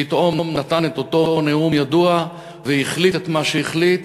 פתאום נתן את אותו נאום ידוע והחליט את מה שהחליט